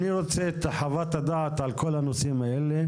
אני רוצה חוות דעת כל הנושאים האלה,